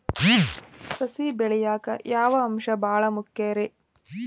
ಸಸಿ ಬೆಳೆಯಾಕ್ ಯಾವ ಅಂಶ ಭಾಳ ಮುಖ್ಯ ರೇ?